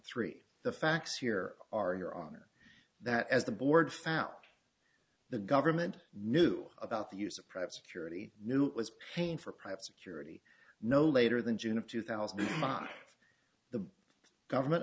three the facts here are your honor that as the board found out the government knew about the use of private security knew it was paying for private security no later than june of two thousand the government